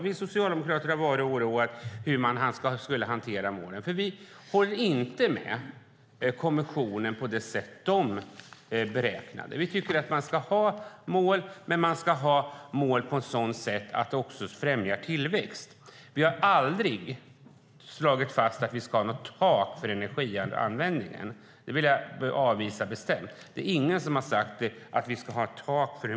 Vi socialdemokrater har varit oroade över hur man skulle hantera målen, för vi håller inte med om kommissionens sätt att beräkna det. Vi tycker att vi ska ha mål men på ett sådant sätt att det också främjar tillväxt. Vi har aldrig slagit fast att vi ska ha något tak för energianvändningen. Det vill jag bestämt avvisa.